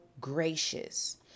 gracious